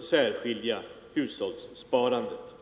särskilja hushållssparandet.